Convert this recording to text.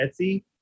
Etsy